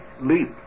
leap